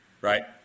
Right